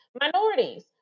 minorities